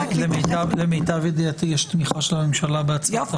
למיטב ידיעתי, יש תמיכה של הממשלה בהצעת החוק.